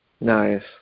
Nice